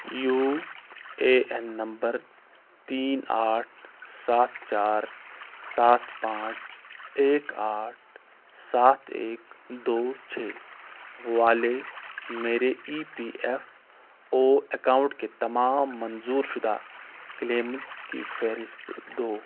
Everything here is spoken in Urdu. یو اے این نمبر تین آٹھ سات چار سات پانچ ایک آٹھ سات ایک دو چھ والے میرے E P F O account کے تمام منظور شدہ کلیمز کی فہرست دو